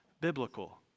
biblical